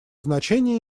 значение